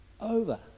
over